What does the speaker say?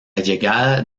llegada